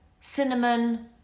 cinnamon